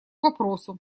вопросу